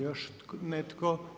Još netko?